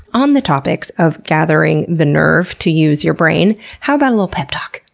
on the topics of gathering the nerve to use your brain, how about a little pep talk?